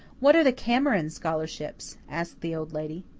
what are the cameron scholarships? asked the old lady.